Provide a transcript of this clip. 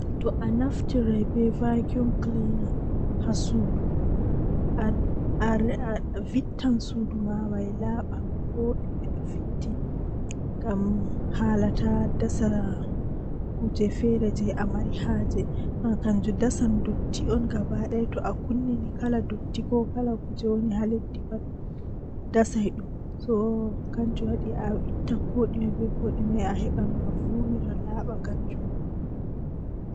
Nyalade siwtaare haa wuro amin kanjum woni nyande julde sulai e julde laiha julde sumai kanjum woni baawo nyalde talatin be sumai nden bawo mai lebbi didi be julde sumai nden laatata julde laiha